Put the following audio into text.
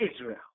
Israel